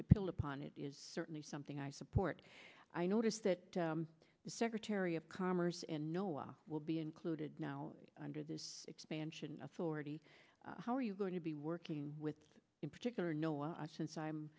build upon it is certainly something i support i noticed that the secretary of commerce in nola will be included now under this expansion authority how are you going to be working with in particular no i since i'm